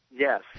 Yes